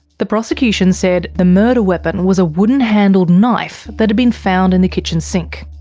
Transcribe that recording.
the prosecution said the murder weapon was a wooden handled knife that had been found in the kitchen sink.